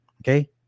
Okay